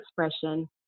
expression